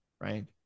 right